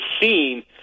scene